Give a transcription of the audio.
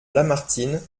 lamartine